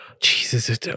Jesus